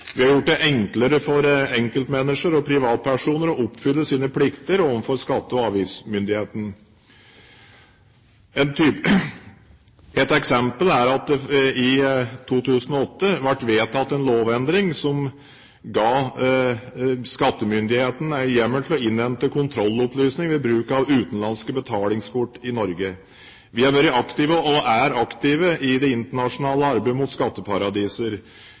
Vi har gjort det enklere for enkeltmennesker og privatpersoner å oppfylle sine plikter overfor skatte- og avgiftsmyndighetene. Et eksempel er at det i 2008 ble vedtatt en lovendring som ga skattemyndighetene hjemmel for å innhente kontrollopplysning ved bruk av utenlandske betalingskort i Norge. Vi har vært og er aktive i det internasjonale arbeidet mot skatteparadiser.